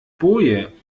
boje